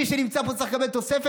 מי שנמצא פה צריך לקבל תוספת?